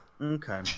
Okay